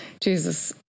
Jesus